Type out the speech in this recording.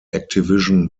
activision